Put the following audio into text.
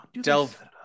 delve